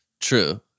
True